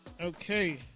okay